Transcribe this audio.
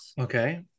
Okay